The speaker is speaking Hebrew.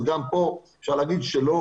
אז פה אפשר להגיד לא.